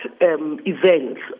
events